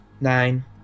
Nine